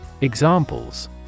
Examples